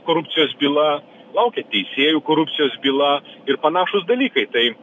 korupcijos byla laukia teisėjų korupcijos byla ir panašūs dalykai tai